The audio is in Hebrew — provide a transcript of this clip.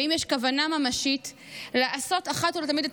ואם יש כוונה ממשית לעשות אחת ולתמיד את